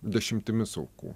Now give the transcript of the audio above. dešimtimis aukų